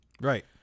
right